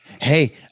Hey